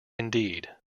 indeed